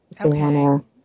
Okay